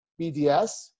BDS